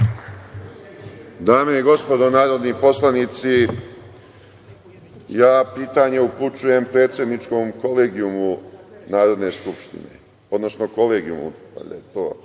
Dame i gospodo narodni poslanici, pitanje upućujem predsedničkom kolegijumu Narodne skupštine, odnosno Kolegijumu,